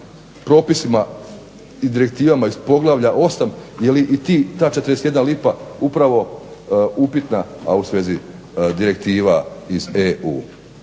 propisima i direktivama iz poglavlja 8 jeli i ta 41 lipa upravo upitna a u svezi direktiva iz EU?